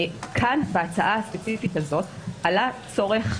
כאן בהצעה הספציפית הזאת עלה צורך,